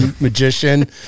magician